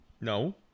No